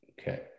Okay